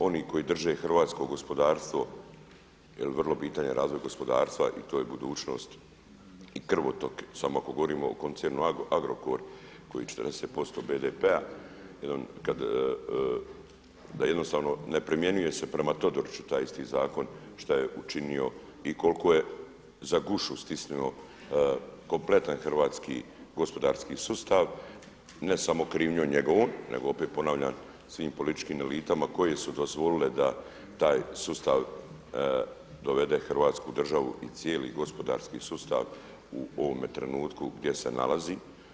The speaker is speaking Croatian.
Oni koji drže hrvatsko gospodarstvo jel … razvoj gospodarstva i to je budućnost i krvotok, samo ako govorimo o koncernu Agrokor koji 40% BDP-a da jednostavno ne primjenjuje se prema Todoriću taj isti zakon šta je učinio i koliko je za gušu stisnuo kompletan gospodarski sustav, ne samo krivnjom njegovom, nego opet ponavljam, svim političkim elitama koje su dozvolile da taj sustav dovede do Hrvatsku državu i cijeli gospodarski sustav u ovome trenutku gdje se nalazi.